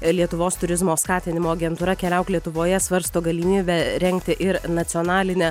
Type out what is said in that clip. lietuvos turizmo skatinimo agentūra keliauk lietuvoje svarsto galimybę rengti ir nacionalinę